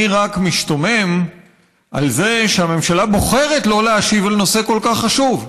אני רק משתומם על זה שהממשלה בוחרת שלא להשיב על נושא כל כך חשוב.